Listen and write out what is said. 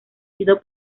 sido